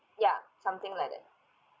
ya something like that